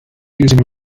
using